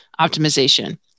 optimization